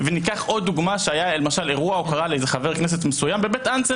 ניקח עוד דוגמה היה אירוע הוקרה לחבר כנסת בבית הנסן